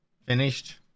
finished